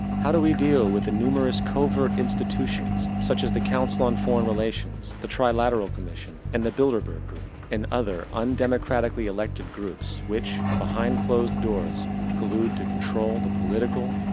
how do we deal with the numerous covert institutions, such as the council on foreign relations, the trilateral commission, and the bilderberg group, and the other undemocratically elected groups which behind closed doors collude to control the political,